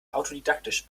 autodidaktisch